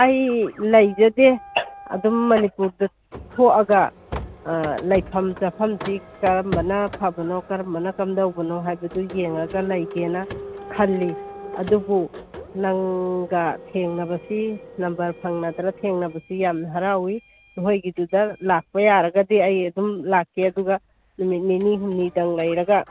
ꯑꯩ ꯂꯩꯖꯗꯦ ꯑꯗꯨꯝ ꯃꯅꯤꯄꯨꯔꯗ ꯊꯣꯛꯑꯒ ꯂꯩꯐꯝ ꯆꯥꯐꯝꯁꯤ ꯀꯔꯝꯕꯅ ꯐꯕꯅꯣ ꯀꯔꯝꯕꯅ ꯀꯝꯗꯧꯕꯅꯣ ꯍꯥꯏꯕꯗꯨ ꯌꯦꯡꯉꯒ ꯂꯩꯒꯦꯅ ꯈꯜꯂꯤ ꯑꯗꯨꯕꯨ ꯅꯪꯅ ꯊꯦꯡꯅꯕꯁꯤ ꯅꯝꯕꯔ ꯐꯪꯅꯗꯅ ꯊꯦꯡꯅꯕꯁꯤ ꯌꯥꯝ ꯍꯔꯥꯎꯏ ꯅꯈꯣꯏꯒꯤꯗꯨꯗ ꯂꯥꯛꯄ ꯌꯥꯔꯒꯗꯤ ꯑꯗꯨꯝ ꯂꯥꯛꯀꯦ ꯑꯗꯨꯒ ꯅꯨꯃꯤꯠ ꯅꯤꯅꯤ ꯍꯨꯝꯅꯤꯗꯪ ꯂꯩꯔꯒ